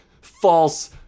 False